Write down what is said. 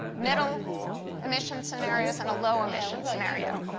middle emissions scenario and a low emissions scenario.